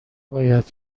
باید